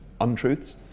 untruths